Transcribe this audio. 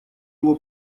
его